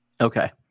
Okay